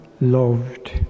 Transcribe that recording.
loved